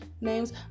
names